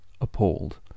appalled